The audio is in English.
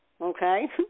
okay